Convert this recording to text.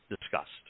discussed